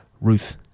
Ruth